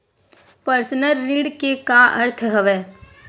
Personal ऋण के का अर्थ हवय?